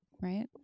right